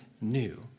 new